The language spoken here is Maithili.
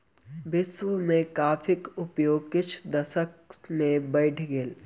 विश्व में कॉफ़ीक उपयोग किछ दशक में बैढ़ गेल